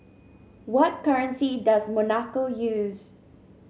what currency does Monaco use